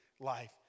life